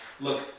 look